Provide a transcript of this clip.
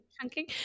Chunking